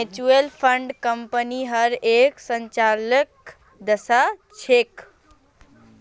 mutual fund कम्पनीर हर एक संचालनक दर्शा छेक